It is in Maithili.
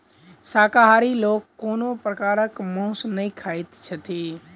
शाकाहारी लोक कोनो प्रकारक मौंस नै खाइत छथि